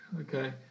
Okay